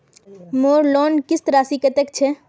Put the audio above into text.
मोर लोन किस्त राशि कतेक छे?